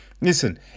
Listen